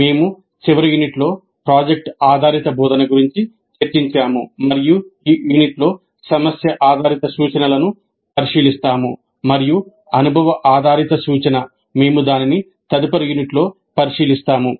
మేము చివరి యూనిట్లో ప్రాజెక్ట్ ఆధారిత బోధన గురించి చర్చించాము మరియు ఈ యూనిట్లో సమస్య ఆధారిత సూచనలను పరిశీలిస్తాము మరియు అనుభవ ఆధారిత సూచన మేము దానిని తదుపరి యూనిట్లో పరిశీలిస్తాము